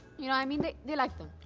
you know? i mean they they like them.